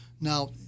now